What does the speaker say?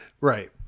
right